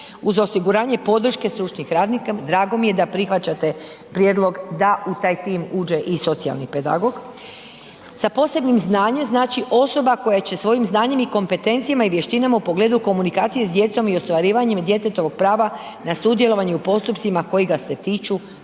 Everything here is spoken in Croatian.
uz osiguranje i podrške stručnih radnika. Drago mi je da prihvaćate prijedlog da u taj tim uđe i socijalni pedagog, sa posebnim znanjem znači osoba koja će svojim znanjem i kompetencijama i vještinama u pogledu komunikacije s djecom i ostvarivanjem djetetovog prava na sudjelovanje u postupcima koji ga se tiču